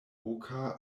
oka